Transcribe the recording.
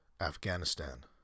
Afghanistan